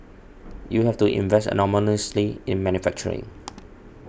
you have to invest enormously in manufacturing